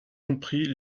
compris